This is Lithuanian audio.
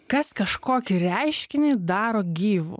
kas kažkokį reiškinį daro gyvu